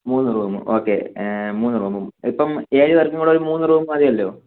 മൂന്ന് room okay മൂന്ന് room ഇപ്പം ഏഴ് പേർക്കും കൂടെ ഒരു മൂന്ന് റൂം മതിയല്ലോ